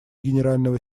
генерального